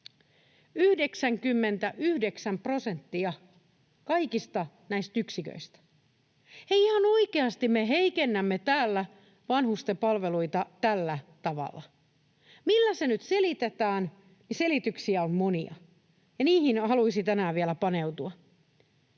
99 prosenttia kaikista näistä yksiköistä. Hei, ihan oikeasti me heikennämme täällä vanhusten palveluita tällä tavalla. Millä se nyt selitetään? Selityksiä on monia, ja niihin haluaisin tänään vielä paneutua.